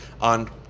on